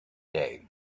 day